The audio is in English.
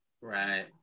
Right